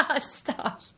stop